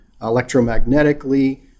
electromagnetically